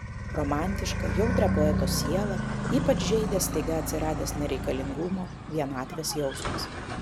romantišką jautrią poeto sielą ypač žeidė staiga atsiradęs nereikalingumo vienatvės jausmas